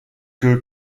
que